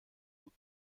بود